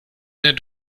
einer